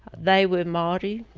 they were maori.